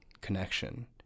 connection